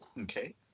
Okay